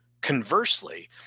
Conversely